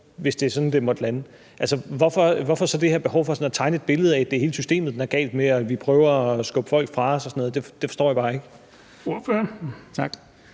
hvis det er sådan, det måtte lande. Hvorfor så det her behov for sådan at tegne et billede af, at det er hele systemet, den er gal med, og at vi prøver at skubbe folk fra os og sådan noget? Det forstår jeg bare ikke. Kl.